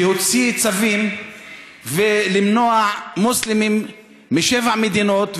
שהוציא צווים למנוע כניסת מוסלמים משבע מדינות.